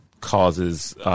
causes